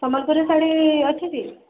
ସମ୍ବଲପୁରୀ ଶାଢ଼ୀ ଅଛି କି